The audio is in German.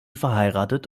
verheiratet